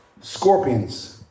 Scorpions